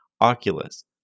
Oculus